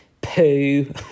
poo